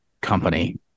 company